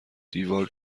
دیوار